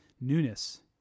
newness